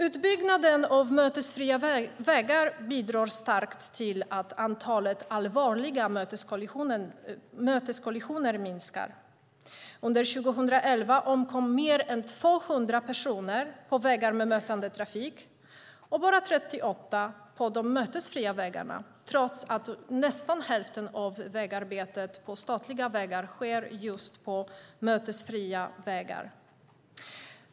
Utbyggnaden av mötesfria vägar bidrar starkt till att antalet allvarliga möteskollisioner minskar. Under 2011 omkom mer än 200 personer på vägar med mötande trafik och bara 38 på de mötesfria vägarna, trots att nästan hälften av vägarbetet på statliga vägar sker på mötesfria vägar.